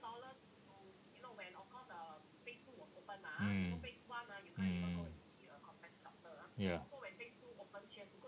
mm mm mm ya